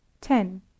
ten